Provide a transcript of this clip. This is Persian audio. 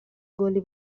گلی